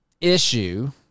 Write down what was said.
issue